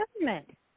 government